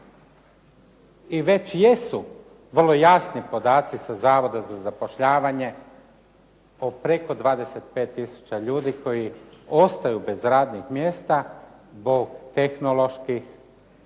I već jesu vrlo jasni podaci sa Zavoda za zapošljavanje o preko 25 tisuća ljudi koji ostaju bez radnih mjesta zbog tehnoloških